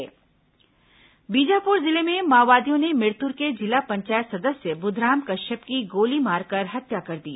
माओवादी हत्या गिरफ्तार बीजापुर जिले में माओवादियों ने मिरतूर के जिला पंचायत सदस्य बुधराम कश्यप की गोली मारकर हत्या कर दी